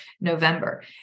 November